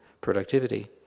productivity